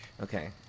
Okay